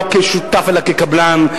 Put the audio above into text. לא כשותף אלא כקבלן.